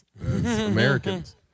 Americans